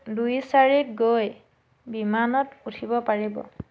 দুই চাৰিত গৈ বিমানত উঠিব পাৰিব